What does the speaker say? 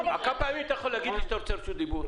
כמה פעמים אתה צריך להגיד לי שאתה רוצה רשות דיבור?